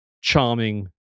charming